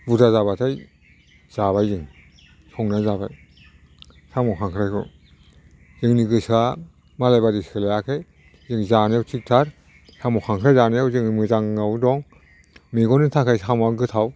बुरजा जाबाथाय जाबाय जों संना जाबाय साम' खांख्रायखौ जोंनि गोसोआ मालाय बायदि सोलायाखै जों जानायाव थिगथार साम' खांख्राय जानायाव जों मोजाङाव दं मेगननि थाखाय साम'आ गोथाव